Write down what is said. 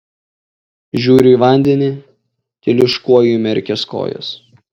žiūriu į vandenį teliūškuoju įmerkęs kojas